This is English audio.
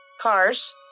cars